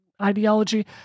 ideology